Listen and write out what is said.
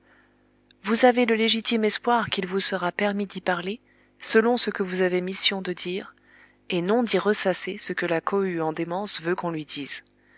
vous avez le légitime espoir qu'il vous sera permis d'y parler selon ce que vous avez mission de dire et non d'y ressasser ce que la cohue en démence veut qu'on lui dise